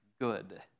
good